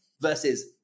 versus